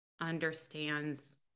understands